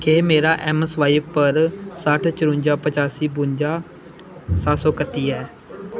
क्या ऐम्म स्वाइप पर सट्ठ चरूंजां पचासी बुंजा सत्त सौ कत्ती ऐ